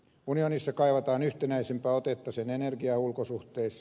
unionissa kaivataan yhtenäisempää otetta sen energiaulkosuhteissa